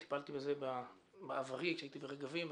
טיפלתי בזה בעברי כשהייתי ברגבים,